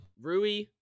Rui